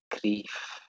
grief